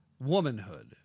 womanhood